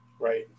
Right